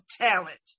talent